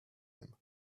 him